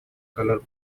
color